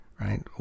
right